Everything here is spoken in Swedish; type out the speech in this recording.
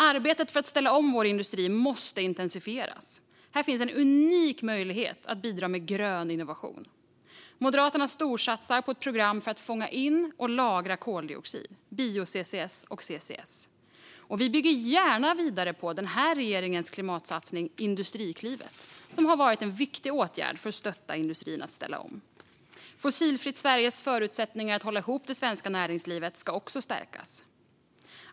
Arbetet för att ställa om vår industri måste intensifieras. Här finns en unik möjlighet att bidra med grön innovation. Moderaterna storsatsar på ett program för att fånga in och lagra koldioxid, bio-CCS och CCS, och bygger gärna vidare på den här regeringens klimatsatsning, Industriklivet, som har varit en viktig åtgärd för att stötta industrin i omställningen. Fossilfritt Sveriges förutsättningar att hålla ihop det svenska näringslivet ska också stärkas.